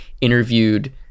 interviewed